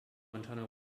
internal